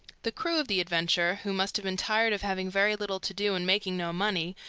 the crew of the adventure, who must have been tired of having very little to do and making no money,